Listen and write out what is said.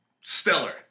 stellar